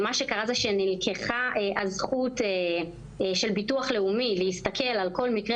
שקרה זה שנלקחה הזכות של ביטוח לאומי להסתכל על כל מקרה